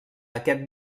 aquest